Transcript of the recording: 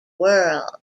world